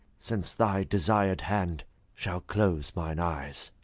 since thy desired hand shall close mine eyes.